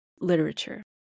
literature